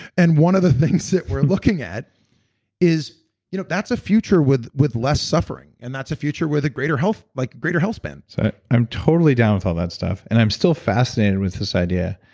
and one of the things that we're looking at is you know that's a future with with less suffering and that's a future with a greater health like greater health span so i'm totally down with all that stuff and i'm still fascinated with this idea.